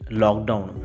lockdown